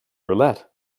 roulette